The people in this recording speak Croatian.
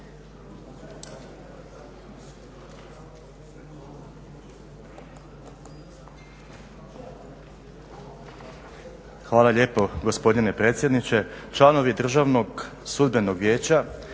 Hvala lijepo gospodine predsjedniče, članovi Državnog sudbenog vijeća